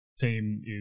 team